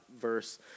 verse